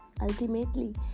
Ultimately